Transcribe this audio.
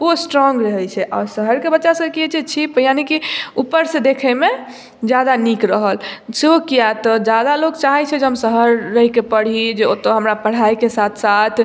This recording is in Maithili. ओ स्ट्रोंग रहय छै आओर शहरके बच्चा सब की होइ छै चीप यानि कि उपरसँ देखयमे जादा नीक रहल सेहो किएक तऽ जादा लोक चाहय छै जे हम शहर रहिके पढ़ी जे ओतोऽ हमरा पढ़ाइके साथ साथ